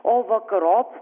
o vakarop